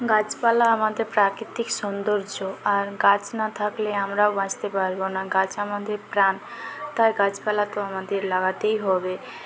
গাছপালা আমাদের প্রাকৃতিক সৌন্দর্য আর গাছ না থাকলে আমরাও বাঁচতে পারবো না গাছ আমাদের প্রাণ তাই গাছপালা তো আমাদের লাগাতেই হবে